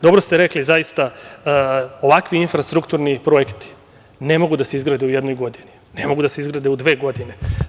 Dobro ste rekli, zaista, ovakvi infrastrukturni projekti ne mogu da se izgrade u jednoj godini, ne mogu da se izgrade u dve godine.